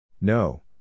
No